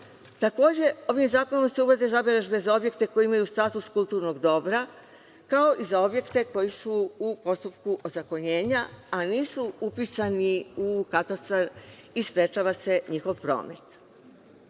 Takođe, ovim zakonom se uvode zabeležbe za objekte koji imaju status kulturnog dobra, kao i za objekte koji su u postupku ozakonjenja, a nisu upisani u katastar i sprečava se njihov promet. Na